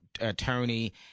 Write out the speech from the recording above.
attorney